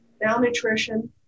Malnutrition